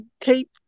keep